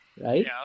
right